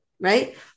right